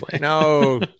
no